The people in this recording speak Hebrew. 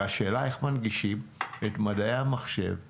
והשאלה איך מנגישים את מדעי המחשב בתיכון.